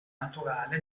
naturale